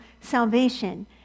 salvation